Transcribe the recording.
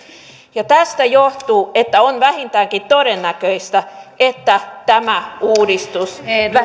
tästä johtuu että on vähintäänkin todennäköistä että tämä uudistus